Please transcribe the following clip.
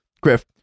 Griff